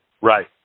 Right